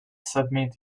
submit